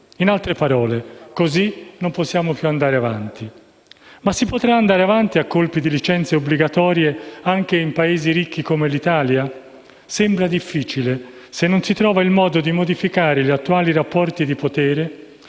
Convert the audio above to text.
In altre parole, così non possiamo può andare avanti. Ma si potrà andare avanti con le licenze obbligatorie anche in Paesi ricchi come l'Italia? Ciò sembra difficile se non si trova il modo di modificare gli attuali rapporti di potere